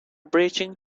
breaching